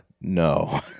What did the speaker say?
No